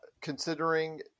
considering